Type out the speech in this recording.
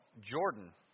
Jordan